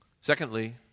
Secondly